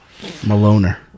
Maloner